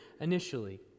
initially